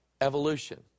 evolution